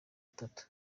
itatu